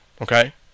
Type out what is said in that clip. okay